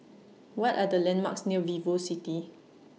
What Are The landmarks near Vivocity